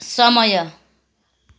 समय